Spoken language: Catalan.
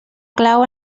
clau